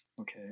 Okay